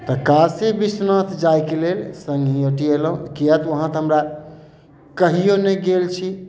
तऽ काशी बिश्वनाथ जाइके लेल सङ्गी ओटिएलहुॅं किए तऽ उहाँ तऽ हमर कहियो नहि गेल छी